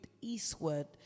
eastward